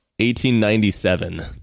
1897